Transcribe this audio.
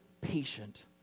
patient